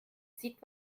sieht